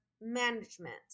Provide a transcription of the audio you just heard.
management